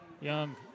Young